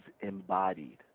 embodied